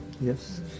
Yes